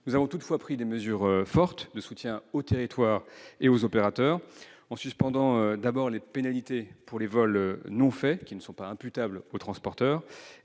Nous avons toutefois pris des mesures fortes de soutien aux territoires et aux opérateurs. Tout d'abord, nous avons suspendu les pénalités pour les vols non faits, qui ne sont pas imputables aux transporteurs.